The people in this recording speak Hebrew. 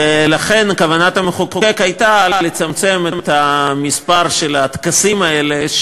ולכן כוונת המחוקק הייתה לצמצם את המספר של הטקסים האלה,